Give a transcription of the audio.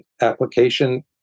application